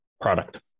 product